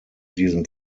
diesem